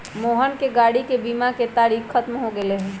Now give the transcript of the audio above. मोहन के गाड़ी के बीमा के तारिक ख़त्म हो गैले है